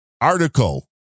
article